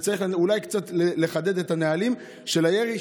וצריך אולי קצת לחדד את הנהלים של הירי,